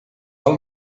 del